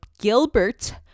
Gilbert